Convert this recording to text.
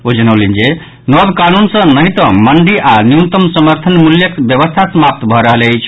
ओ जनौलनि जे नव कानून सँ नहि तऽ मंडी आओर न्यूनतम समर्थन मूल्यक व्यवस्था समाप्त भऽ रहल अछि